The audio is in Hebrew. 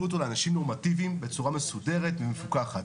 אותו לאנשים נורמטיביים בצורה מסודרת ומפוקחת.